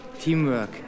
Teamwork